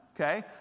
okay